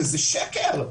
וזה שקר.